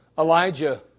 Elijah